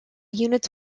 units